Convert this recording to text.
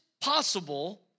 possible